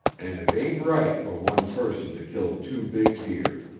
and it ain't right for one person to kill two big deer.